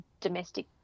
domestic